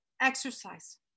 exercise